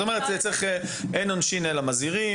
את אומרת אין עונשין אלא מזהירים,